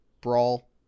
brawl